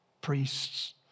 Priests